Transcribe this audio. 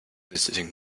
visiting